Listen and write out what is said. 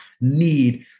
need